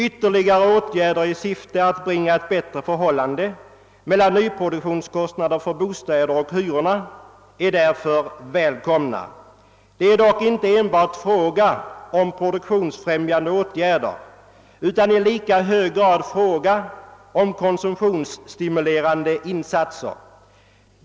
Ytterligare åtgärder i syfte att åvägabringa ett bättre förhållande mellan nyproduktionskostnaderna för bostäder och hyrorna är därför välkomna. Det är dock inte enbart fråga om produktionsfrämjande åtgärder utan gäller i lika hög grad konsumtionsstimulerande insatser.